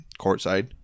courtside